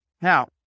Now